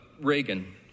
Reagan